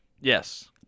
Yes